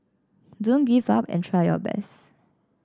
don't give up and try your best